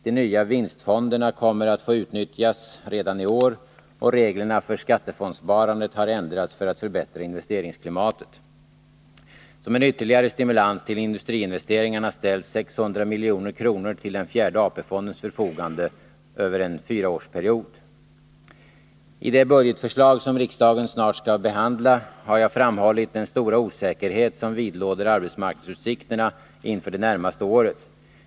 De nya vinstfonderna kommer att få utnyttjas redan i år, och reglerna för skattefondssparandet har ändrats för att förbättra investeringsklimatet. Som en ytterligare stimulans till industriinvesteringar ställs 600 milj.kr. till den fjärde AP-fondens förfogande över en fyraårsperiod. I det budgetförslag som riksdagen snart skall behandla har jag framhållit den stora osäkerhet som vidlåder arbetsmarknadsutsikterna inför det närmaste året.